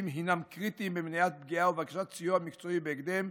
הם קריטיים במניעת פגיעה ובהגשת סיוע מקצועי בהקדם.